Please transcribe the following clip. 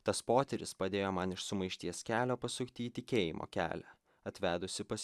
tas potyris padėjo man iš sumaišties kelio pasukti į tikėjimo kelią atvedusį pas